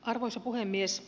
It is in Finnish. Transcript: arvoisa puhemies